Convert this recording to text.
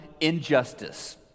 injustice